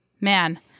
Man